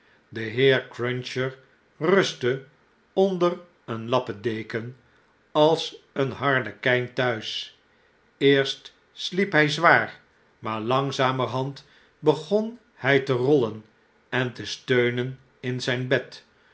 de heer cruncher rustte onder een lappendeken als een harlekp thuis eerst sliep hij zwaar maar langzamerhand begon hjj te rollen en te steunen in zp bed